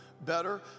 better